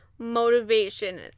motivation